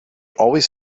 always